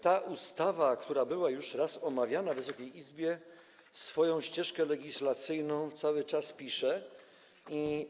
Ta ustawa, która była już raz omawiana w Wysokiej Izbie, swoją ścieżkę legislacyjną cały czas kreśli.